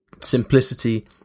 simplicity